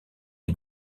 est